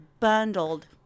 Bundled